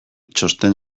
txosten